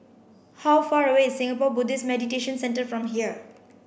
how far away Singapore Buddhist Meditation Centre from here